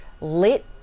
lit